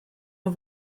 nhw